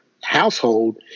household